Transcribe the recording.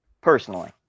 Personally